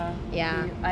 ya